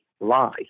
lie